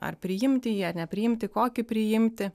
ar priimti jį ar nepriimti kokį priimti